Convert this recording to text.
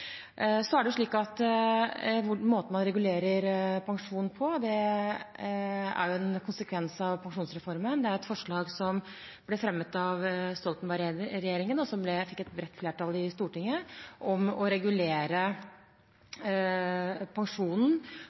Måten man regulerer pensjon på, er en konsekvens av pensjonsreformen. Det er et forslag som ble fremmet av Stoltenberg-regjeringen, og som fikk bredt flertall i Stortinget, om å regulere pensjonen